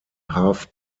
half